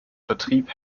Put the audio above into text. vertrieb